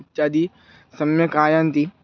इत्यादि सम्यक् आयान्ति